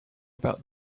about